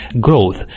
growth